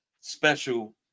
special